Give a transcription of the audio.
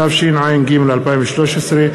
התשע"ג 2013,